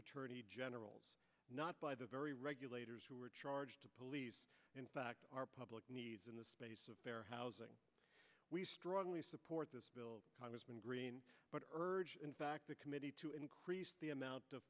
attorney generals not by the very regulators who are charged to police in fact our public needs in the space of fair housing we strongly support this bill congressman green but urge in fact the committee to increase the amount of